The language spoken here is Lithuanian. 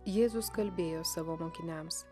jėzus kalbėjo savo mokiniams